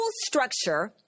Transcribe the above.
structure